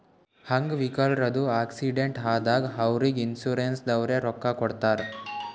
ಅಂಗ್ ವಿಕಲ್ರದು ಆಕ್ಸಿಡೆಂಟ್ ಆದಾಗ್ ಅವ್ರಿಗ್ ಇನ್ಸೂರೆನ್ಸದವ್ರೆ ರೊಕ್ಕಾ ಕೊಡ್ತಾರ್